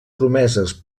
promeses